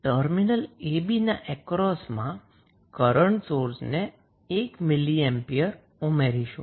તો આપણે terminal ab ના અક્રોસમાં કરન્ટ સોર્સને 1 મિલિ એમ્પિયર ઉમેરીશું